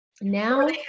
Now